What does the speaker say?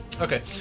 Okay